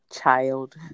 child